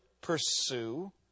pursue